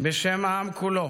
בשם העם כולו